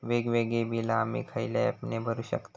वेगवेगळी बिला आम्ही खयल्या ऍपने भरू शकताव?